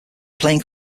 playing